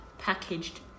packaged